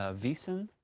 ah veesen.